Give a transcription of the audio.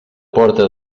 porta